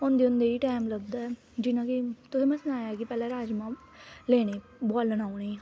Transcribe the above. आंदे आंदे बी टैम लगदा ऐ तुसेंगी सनाया कि पैह्ले राजमां लैने बुआलना उनेंगी